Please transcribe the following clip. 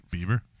Bieber